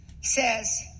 says